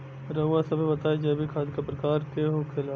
रउआ सभे बताई जैविक खाद क प्रकार के होखेला?